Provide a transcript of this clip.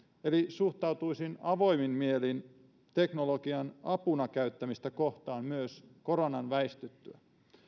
eli suhtautuisin avoimin mielin teknologian apuna käyttämistä kohtaan myös koronan väistyttyä